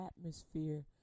Atmosphere